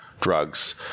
drugs